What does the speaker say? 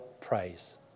praise